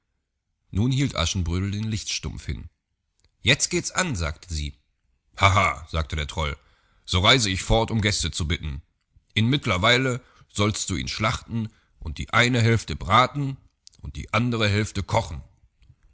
nun hielt aschenbrödel den lichtstumpf hin jetzt geht's an sagte sie haha sagte der troll so reise ich fort um gäste zu bitten inmittlerweile sollst du ihn schlachten und die eine hälfte braten und die andre hälfte kochen